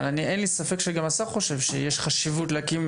אבל אין ספק שגם השר חושב שיש חשיבות להקים